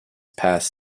past